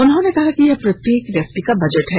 उन्होंने कहा यह प्रत्येक व्यक्ति का बजट है